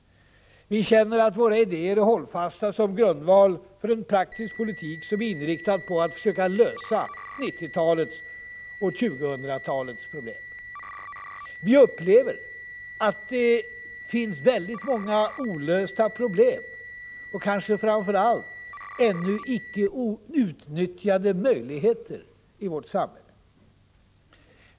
Vi känner att våra idéer är hållfasta som grundval för en praktisk politik som är inriktad på att försöka lösa 1990-talets och 2000-talets problem. Vi upplever att det nu finns väldigt många olösta problem och kanske framför allt ännu icke utnyttjade möjligheter i vårt samhälle.